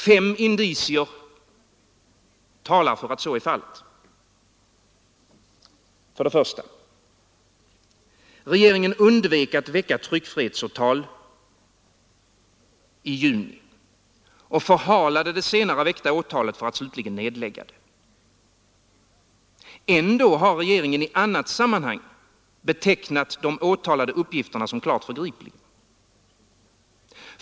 Fem indicier talar för att så är fallet. 1. Regeringen undvek att väcka tryckfrihetsåtal i juni och förhalade det senare väckta åtalet för att slutligen nedlägga det. Ändå har regeringen i annat sammanhang betecknat de åtalade uppgifterna som klart förgripliga.